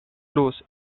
luz